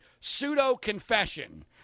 pseudo-confession